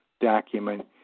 document